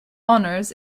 honors